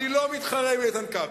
אני לא מתחרה עם איתן כבל.